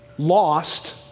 lost